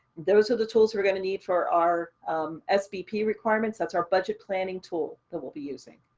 those are the tools we're going to need for our sbp requirements. that's our budget planning tool that we'll be using.